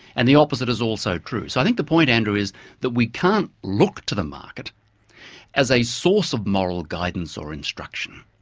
and the opposite is also true, s o i think the point andrew, is that we can't look to the market as a source of moral guidance or instruction.